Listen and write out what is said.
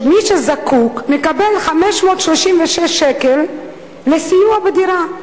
ומי שזקוק מקבל 536 שקל לסיוע בשכר דירה.